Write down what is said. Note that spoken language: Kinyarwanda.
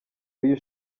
uyu